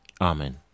Amen